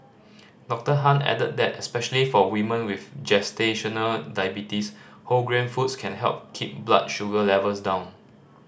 Doctor Han added that especially for women with gestational diabetes whole grain foods can help keep blood sugar levels down